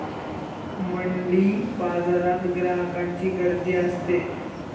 मेंढीबाजारात ग्राहकांची गर्दी असते